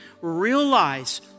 realize